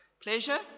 Pleasure